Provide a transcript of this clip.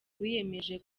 wiyemeje